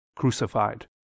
crucified